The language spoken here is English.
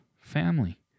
family